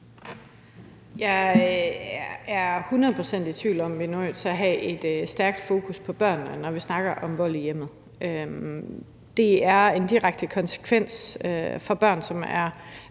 procent ikke i tvivl om, at vi er nødt til at have et stærkt fokus på børnene, når vi snakker om vold i hjemmet. Det har en direkte konsekvens for børn, som er